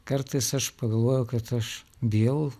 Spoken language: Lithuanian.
kartais aš pagalvoju kad aš dėl